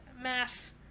math